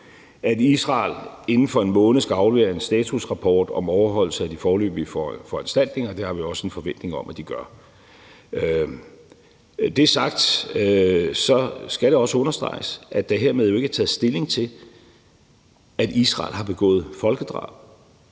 at Israel inden for 1 måned skal aflevere en statusrapport om overholdelse af de foreløbige foranstaltninger. Det har vi også en forventning om at de gør. Når det er sagt, skal det også understreges, at der hermed jo ikke er taget stilling til, om Israel har begået folkedrab.